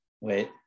Wait